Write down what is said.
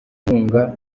inkunga